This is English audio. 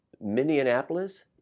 Minneapolis